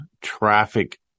traffic